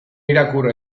irakur